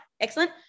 Excellent